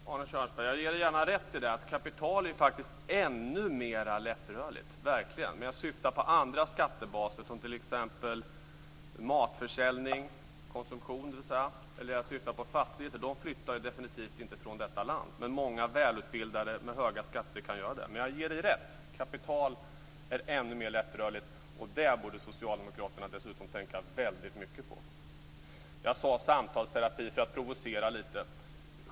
Fru talman! Ja, jag ger gärna Arne Kjörnsberg rätt i att kapital faktiskt är ännu mer lättrörligt. Men jag syftar på andra skattebaser som t.ex. matförsäljning, dvs. konsumtion, och på fastigheter, som definitivt inte flyttar från detta land. Men många välutbildade med höga skatter kan göra det. Men jag ger Arne Kjörnsberg rätt: Kapital är ännu mer lättrörligt, och det borde socialdemokraterna dessutom tänka väldigt mycket på. Jag sade samtalsterapi för att provocera lite.